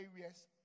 areas